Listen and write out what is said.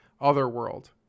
Otherworld